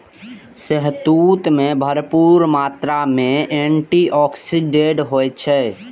शहतूत मे भरपूर मात्रा मे एंटी आक्सीडेंट होइ छै